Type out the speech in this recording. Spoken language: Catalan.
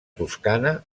toscana